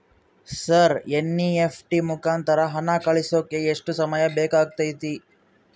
Sir NEFT ಮುಖಾಂತರ ಹಣ ಕಳಿಸೋಕೆ ಎಷ್ಟು ಸಮಯ ಬೇಕಾಗುತೈತಿ?